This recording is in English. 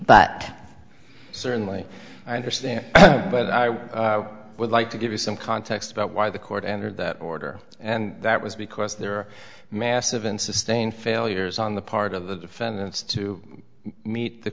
but certainly i understand but i would like to give you some context about why the court entered that order and that was because there were massive and sustained failures on the part of the defendants to meet the